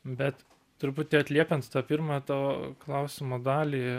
bet truputį atliepiant tą pirmą to klausimo dalį